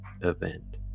event